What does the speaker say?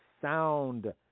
sound